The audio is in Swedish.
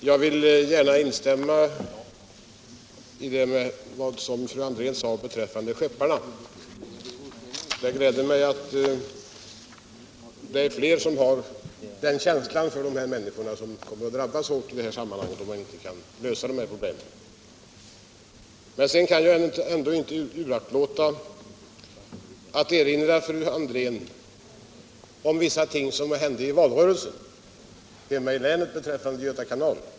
Herr talman! Jag vill gärna instämma i vad fru André sade om skepparna. Det glädjer mig att det är fler som känner för de människorna, vilka kommer att drabbas hårt om de problem vi nu diskuterar inte kan lösas. Men sedan kan jag ändå inte uraktlåta att erinra fru André om vissa ting som hände hemma i länet i valrörelsen när det gäller Göta kanal.